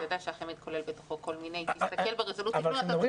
אתה יודע שהחמ"ד כולל בתוכו כל מיני --- אבל כשמדברים